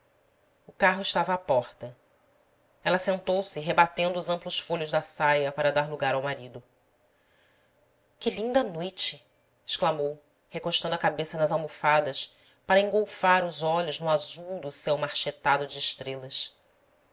o carro estava à porta ela sentou-se rebatendo os amplos folhos da saia para dar lugar ao marido que linda noite exclamou recostando a cabeça nas almofadas para engolfar os olhos no azul do céu marchetado de estrelas